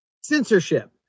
censorship